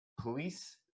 police